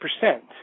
percent